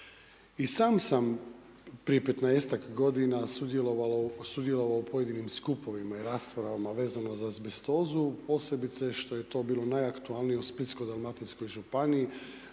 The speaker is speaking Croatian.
sam sam prije 15-tak godina sudjelovao u pojedinim skupovima i raspravama vezano za azbestozu, posebice što je to bilo najaktualnije u Splitsko-dalmatinskoj županiji,